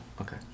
okay